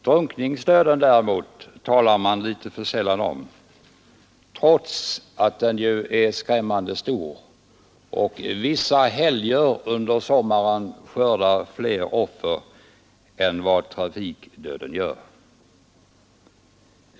Drunkningsdöden däremot talar man litet för sällan om, trots att också den är skrämmande och vissa helger under sommaren skördar fler offer än vad trafikdöden gör.